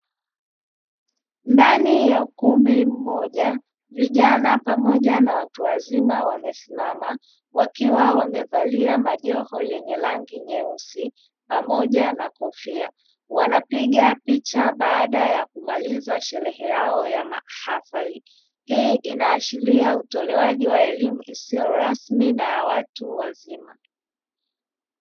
Ndani ya ukumbi mmoja vijana pamoja na watu wazima, wamesimama wakiwa wamevalia majoho yenye rangi nyeusi pamoja na kofia, wanapiga picha baada ya kumaliza sherehe yao ya mahafali. Hii inaashiria utolewaji wa elimu isiyo rasmi na ya watu wazima.